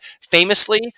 famously